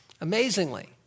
Amazingly